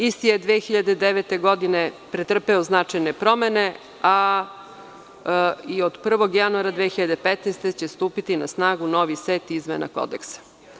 Isti je 2009. godine pretrpeo značajne promene i od 1. janura 2015. godine će stupiti na snagu novi set izmena kodeksa.